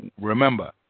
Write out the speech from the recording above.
Remember